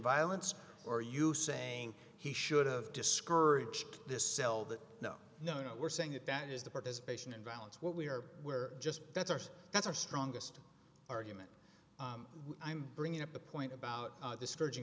violence or are you saying he should have discouraged this sell that no no no we're saying that that is the participation and balance what we are just that's our that's our strongest argument i'm bringing up a point about the scour